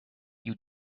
you